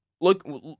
look